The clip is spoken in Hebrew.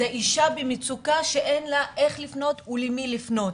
זה אישה במצוקה שאין לה איך לפנות ולמי לפנות.